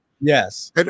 Yes